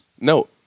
No